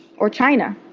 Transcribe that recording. or china.